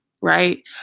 right